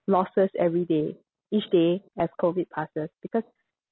losses every day each day as COVID passes because